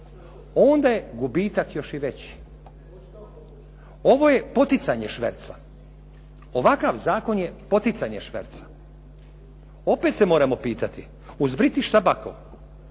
onda je gubitak još i veći. Ovo je poticanje šverca. Ovakav zakon je poticanje šverca. Opet se moramo pitati uz "Britsh tabacco"